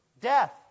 death